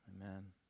amen